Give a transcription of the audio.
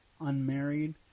unmarried